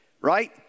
right